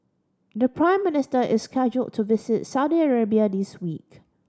the Prime Minister is scheduled to visit Saudi Arabia this week